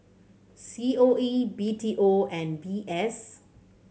C O A B T O and V S